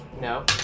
No